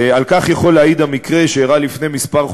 על כך יכול להעיד המקרה שאירע לפני כמה